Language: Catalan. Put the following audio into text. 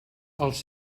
els